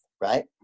right